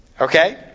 Okay